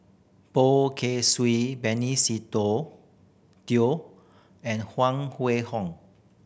Poh Kay Swee Benny Se Teo and Huang Wenhong